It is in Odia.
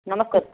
ନମସ୍କାର